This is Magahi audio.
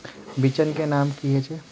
बिचन के नाम की छिये?